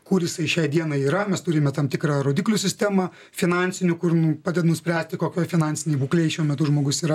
kur jisai šiai dienai yra mes turime tam tikrą rodiklių sistemą finansinių kur nu padeda nuspręsti kokioj finansinėj būklėje šiuo metu žmogus yra